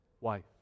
wife